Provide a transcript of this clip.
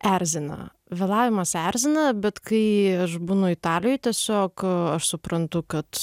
erzina vėlavimas erzina bet kai aš būnu italijoe tiesiog aš suprantu kad